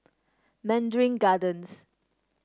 Mandarin Gardens